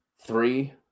Three